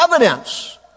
evidence